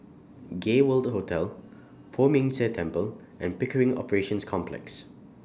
Gay World Hotel Poh Ming Tse Temple and Pickering Operations Complex